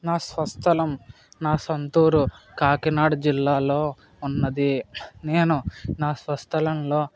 నా స్వస్థలం నా సొంతూరు కాకినాడ జిల్లాలో ఉంది నేను నా స్వస్థలంలో